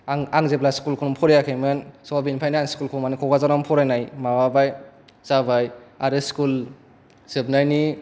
आं जेब्ला स्कुल खौनो फरायाखैमोन स' बेनिफ्राय आङो स्कुल खौ क'क्राझारआवनो फरायनाय माबाबाय जाबाय आरो स्कुल जोबनायनि